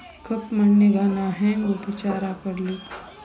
ಕಪ್ಪ ಮಣ್ಣಿಗ ನಾ ಹೆಂಗ್ ಉಪಚಾರ ಕೊಡ್ಲಿ?